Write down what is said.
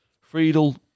Friedel